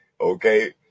Okay